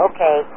Okay